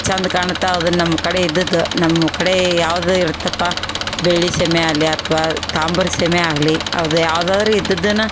ಚೆಂದ ಕಾಣತ್ತೆ ಅದನ್ನು ನಮ್ಮ ಕಡೆ ಇದ್ದದ್ದು ನಮ್ಮ ಕಡೆ ಯಾವ್ದು ಇರುತ್ತಪ್ಪ ಬೆಳ್ಳಿ ಶಮೆ ಆಗಲಿ ಅಥವಾ ತಾಮ್ರ ಶಮೆ ಆಗಲಿ ಅದು ಯಾವುದಾರು ಇದದ್ದನ್ನು